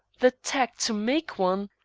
the tact to make one?